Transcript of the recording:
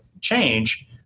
change